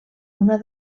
una